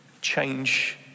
change